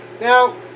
Now